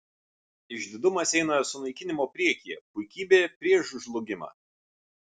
išdidumas eina sunaikinimo priekyje puikybė prieš žlugimą